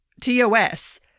TOS